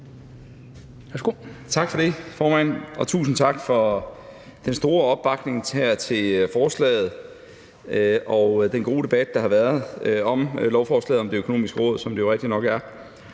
Tak for det, formand, og tusind tak for den store opbakning til forslaget og for den gode debat, der har været om lovforslaget om Det Økonomiske Råd, som det jo rigtigt nok er.